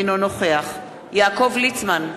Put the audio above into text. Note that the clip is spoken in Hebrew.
אינו נוכח יעקב ליצמן,